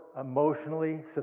emotionally